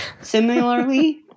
similarly